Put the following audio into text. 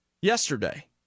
yesterday